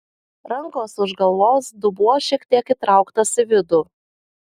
rankos už galvos dubuo šiek tiek įtrauktas į vidų